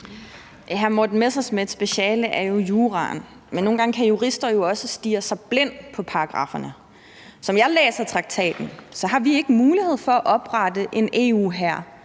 Hr. Morten Messerschmidts speciale er jo juraen, men nogle gange kan jurister jo også stirre sig blind på paragrafferne. Som jeg læser traktaten, har vi ikke mulighed for at oprette en EU-hær,